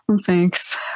Thanks